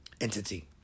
Entity